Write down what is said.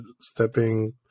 stepping